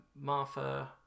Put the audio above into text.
Martha